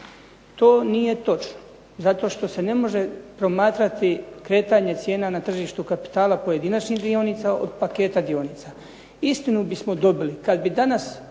To nije točno, zato što se ne može promatrati kretanje cijena na tržištu kapitala pojedinačnih dionica od paketa dionica. Istinu bismo dobili kad bi danas